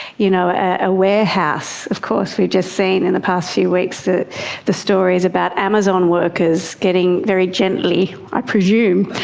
you know ah a warehouse, of course we've just seen in the past few weeks the the stories about amazon workers getting very gently, i presume,